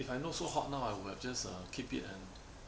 if I know so hot now I would have just keep it and